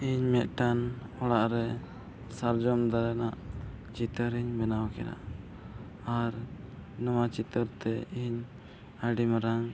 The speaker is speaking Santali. ᱤᱧ ᱢᱤᱫᱴᱟᱱ ᱚᱲᱟᱜᱨᱮ ᱥᱟᱨᱡᱚᱢ ᱫᱟᱨᱮ ᱨᱮᱱᱟᱜ ᱪᱤᱛᱟᱹᱨ ᱤᱧ ᱵᱮᱱᱟᱣ ᱠᱮᱫᱟ ᱟᱨ ᱱᱚᱣᱟ ᱪᱤᱛᱟᱹᱨᱛᱮ ᱤᱧ ᱟᱹᱰᱤ ᱢᱟᱨᱟᱝ